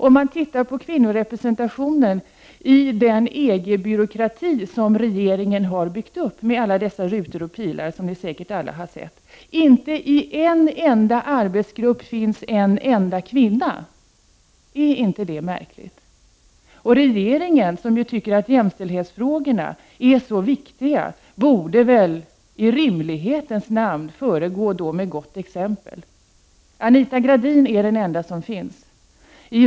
Om vi tittar på kvinnorepresentationen i den EG-byråkrati som regeringen har byggt upp, med alla rutor och pilar som ni säkert alla har sett, finner man att det inte i en enda arbetsgrupp finns en enda kvinna! Är inte detta märkligt? Regeringen, som ju tycker att jämställdhetsfrågorna är viktiga, borde väl i rimlighetens namn föregå med gott exempel. Anita Gradin är den enda som finns med.